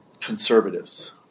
conservatives